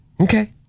Okay